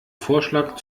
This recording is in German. vorschlag